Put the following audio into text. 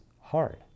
hard